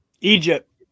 Egypt